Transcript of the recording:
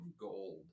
gold